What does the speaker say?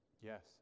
Yes